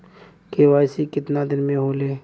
KYC कितना दिन में होले?